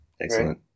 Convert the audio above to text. Excellent